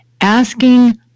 asking